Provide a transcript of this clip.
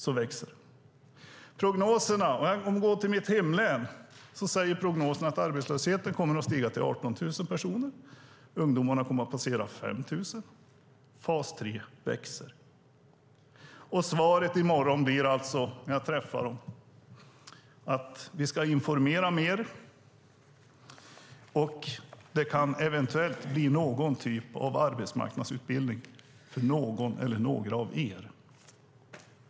Enligt prognosen för mitt hemlän kommer arbetslösheten att stiga till 18 000 personer. Antalet arbetslösa ungdomar kommer att passera 5 000. Fas 3 växer. När jag träffar dem i morgon blir alltså svaret att vi ska informera mer och att det eventuellt kan bli någon typ av arbetsmarknadsutbildning för någon eller några av er.